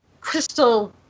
crystal